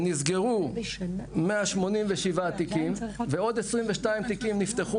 ונסגרו 187 תיקים ועוד 22 תיקים נפתחו